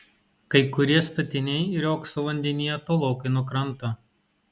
kai kurie statiniai riogso vandenyje tolokai nuo kranto